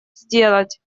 сделать